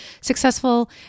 successful